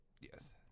Yes